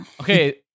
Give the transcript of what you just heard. Okay